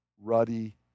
ruddy